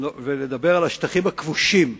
ולדבר על השטחים הכבושים.